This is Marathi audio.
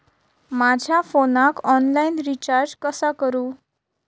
माझ्या फोनाक ऑनलाइन रिचार्ज कसा करू?